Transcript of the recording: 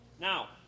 Now